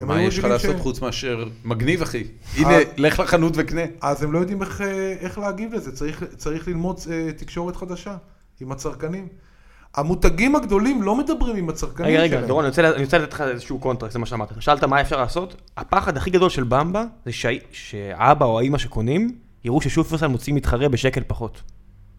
יש לך לעשות חוץ מאשר, מגניב אחי. הנה, לך לחנות וקנה. אז הם לא יודעים איך להגיב לזה, צריך ללמוד תקשורת חדשה עם הצרכנים. המותגים הגדולים לא מדברים עם הצרכנים. רגע, רגע, דורון, אני רוצה לדעת אותך על איזשהו קונטקסט, זה מה שאמרת. שאלת מה אפשר לעשות, הפחד הכי גדול של במבה זה שאבא או האמא שקונים, יראו ששופרסל מוציאים מתחרה בשקל פחות.